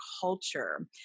culture